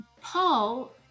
Paul